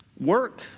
Work